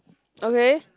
okay